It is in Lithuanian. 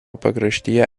pakraštyje